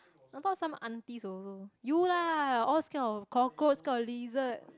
I thought some aunties also you lah all scared of cockroach scared of lizard